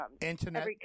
internet